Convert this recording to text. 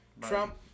Trump